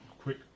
quick